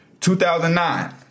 2009